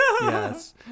Yes